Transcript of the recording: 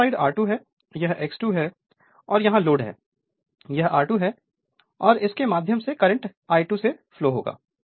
तो यह side R2 है यह X2 है और यहां लोड है यह R2 है और इसके माध्यम से करंट I2 से फ्लो होगा